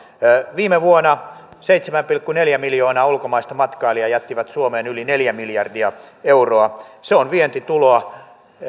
viime vuonna seitsemän pilkku neljä miljoonaa ulkomaista matkailijaa jättivät suomeen yli neljä miljardia euroa se on vientituloa